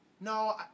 No